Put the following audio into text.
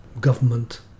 government